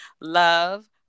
love